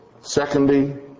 Secondly